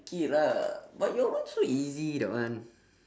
okay lah but your one so easy that one